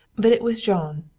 but it was jean,